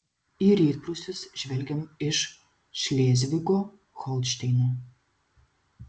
į rytprūsius žvelgiam iš šlėzvigo holšteino